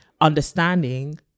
understanding